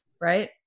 right